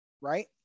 Right